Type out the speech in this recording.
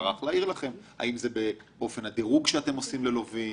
טרח להעיר לכם - האם זה באופן הדירוג שאתם עושים ללווים,